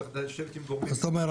זה צריך לשבת עם גורמים --- זאת אומרת,